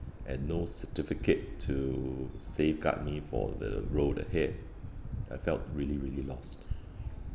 and no certificate to safeguard me for the road ahead I felt really really lost